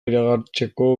iragartzeko